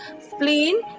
spleen